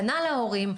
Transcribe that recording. כנ"ל ההורים,